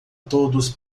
todos